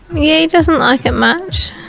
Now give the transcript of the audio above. yeah, he doesn't like it much.